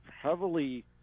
heavily